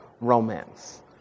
romance